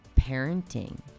parenting